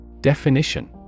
Definition